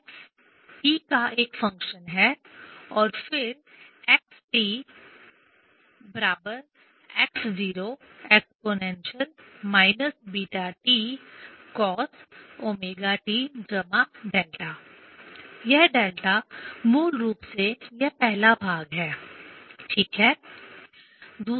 x t का एक function है और फिर x x0e βt cosωt δ यह δ मूल रूप से यह पहला भाग है ठीक है